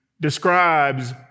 describes